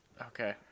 Okay